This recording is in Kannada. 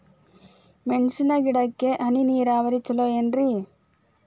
ಮೆಣಸಿನ ಗಿಡಕ್ಕ ಹನಿ ನೇರಾವರಿ ಛಲೋ ಏನ್ರಿ?